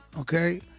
okay